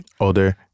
Older